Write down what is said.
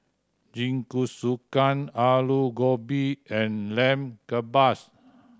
Jingisukan Alu Gobi and Lamb Kebabs